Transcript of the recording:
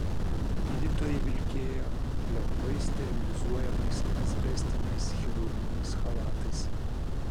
gydytojai vilkėjo lengvai sterilizuojamais asbestiniais chirurginiais chalatais